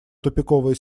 тупиковая